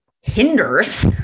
hinders